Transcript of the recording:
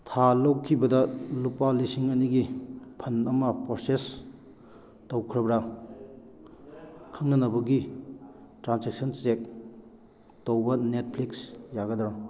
ꯊꯥ ꯂꯧꯈꯤꯕꯗ ꯂꯨꯄꯥ ꯂꯤꯁꯤꯡ ꯑꯅꯤꯒꯤ ꯐꯟ ꯑꯃ ꯄ꯭ꯔꯣꯁꯦꯁ ꯇꯧꯈ꯭ꯔꯕ꯭ꯔꯥ ꯈꯪꯅꯅꯕꯒꯤ ꯇ꯭ꯔꯥꯟꯁꯦꯛꯁꯟ ꯆꯦꯛ ꯇꯧꯕ ꯅꯦꯠꯐ꯭ꯂꯤꯛꯁ ꯌꯥꯒꯗ꯭ꯔꯥ